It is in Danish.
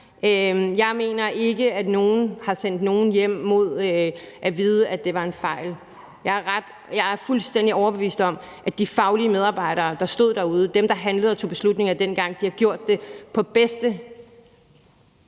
Jeg mener ikke, at nogen har sendt nogen hjem, vel vidende at det var en fejl. Jeg er fuldstændig overbevist om, at de faglige medarbejdere, der stod derude, og dem, der handlede og tog beslutninger dengang, gjorde det på den